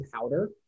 powder